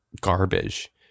garbage